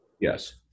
Yes